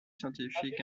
scientifiques